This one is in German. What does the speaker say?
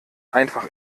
einfach